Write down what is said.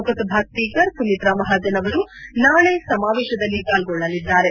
Lok Sabha speaker Sumitra Mahajan ಅವರು ನಾಳೆ ಸಮಾವೇಶದಲ್ಲಿ ಪಾಲ್ಗೊಳ್ಳಲಿದ್ದಾರೆ